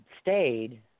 stayed